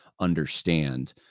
understand